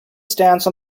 stance